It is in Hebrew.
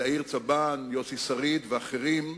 יאיר צבן, יוסי שריד ואחרים,